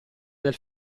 del